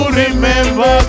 remember